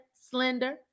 slender